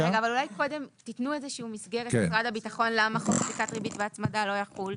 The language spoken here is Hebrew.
אולי קודם תתנו מסגרת ללמה חוק פסיקת ריבית והצמדה לא יחול.